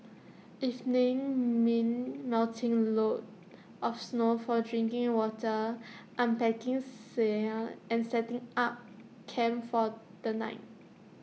evenings mean melting loads of snow for drinking water unpacking sleds and setting up camp for the night